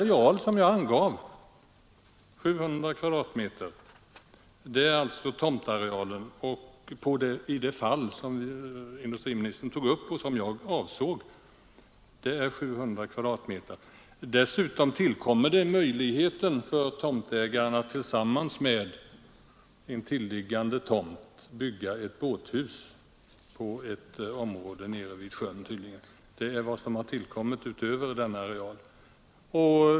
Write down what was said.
I det fall som industriministern tog upp och som jag avsåg är tomtarealen 700 m?. Dessutom tillkommer utöver denna areal möjligheten för tomtägaren att tillsammans med innehavare av intilliggande tomt bygga ett båthus på ett område nere vid sjön.